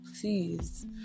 Please